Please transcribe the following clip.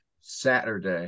Saturday